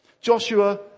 Joshua